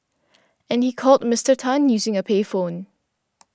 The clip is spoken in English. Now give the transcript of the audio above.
and he called Mister Tan using a payphone